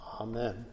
Amen